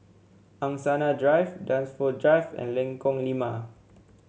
Angsana Drive Dunsfold Drive and Lengkong Lima